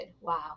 Wow